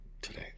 Today